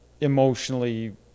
emotionally